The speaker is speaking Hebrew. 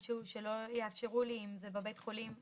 שלא יאפשרו לי אם זה בבית חולים,